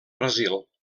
brasil